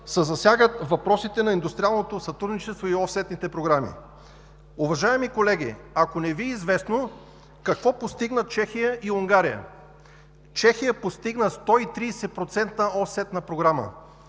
се засягат въпросите на индустриалното сътрудничество и офсетните програми. Уважаеми колеги, ако не Ви е известно, какво постигнаха Чехия и Унгария? Чехия постигна 130% офсетна програма.